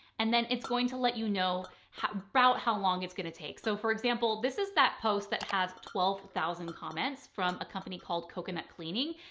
and then it's going to let you know how about how long it's going to take. so for example, this is that post that has twelve thousand comments from a company called coconut cleaning.